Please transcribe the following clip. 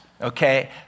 okay